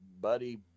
buddy